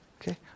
Okay